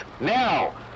Now